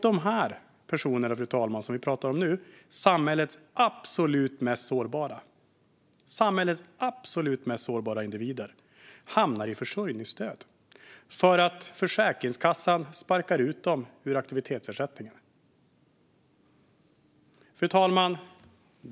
De personer som vi pratar om nu, fru talman, samhällets absolut mest sårbara individer, hamnar i försörjningsstöd för att Försäkringskassan sparkar ut dem ur aktivitetsersättningen.